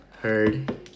heard